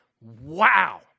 wow